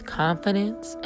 confidence